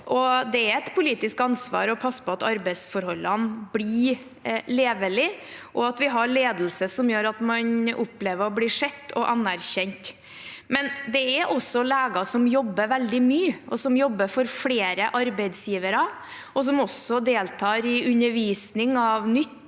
det er et politisk ansvar å passe på at arbeidsforholdene blir levelige og at vi har en ledelse som gjør at man opplever å bli sett og anerkjent. Men det er også leger som jobber veldig mye, og som jobber for flere arbeidsgivere, og som også deltar i undervisning av nytt